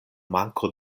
manko